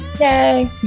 Yay